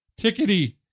Tickety